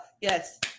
yes